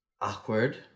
awkward